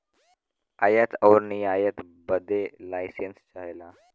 आयात आउर निर्यात बदे लाइसेंस चाहला